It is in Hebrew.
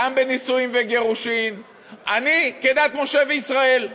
גם בנישואים וגירושים, אני, כדת משה וישראל.